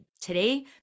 today